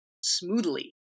smoothly